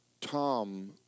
Tom